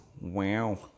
Wow